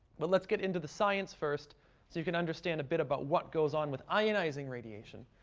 but let's get into the science first, so you can understand a bit about what goes on with ionizing radiation.